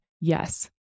Yes